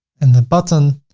and the button,